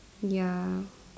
ya